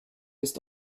ist